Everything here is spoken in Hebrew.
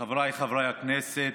חבריי חברי הכנסת,